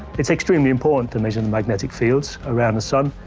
it's extremely important to measure magnetic fields around the sun.